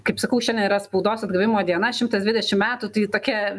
kaip sakau šiandien yra spaudos atgavimo diena šimtas dvidešimt metų tai tokia